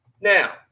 Now